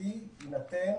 ממשלתי יינתן